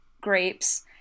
grapes